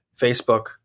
Facebook